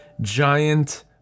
giant